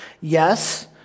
Yes